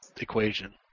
Equation